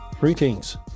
Greetings